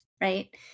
right